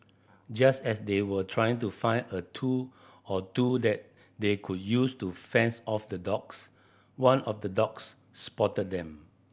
just as they were trying to find a tool or two that they could use to fends off the dogs one of the dogs spotted them